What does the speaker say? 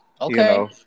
Okay